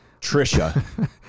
Trisha